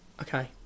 Okay